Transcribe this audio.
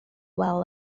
well